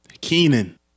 Keenan